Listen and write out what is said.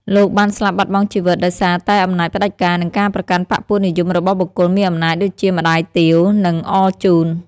លោកបានស្លាប់បាត់បង់ជីវិតដោយសារតែអំណាចផ្តាច់ការ និងការប្រកាន់បក្សពួកនិយមរបស់បុគ្គលមានអំណាចដូចជា ម្តាយទាវ និង អរជូន។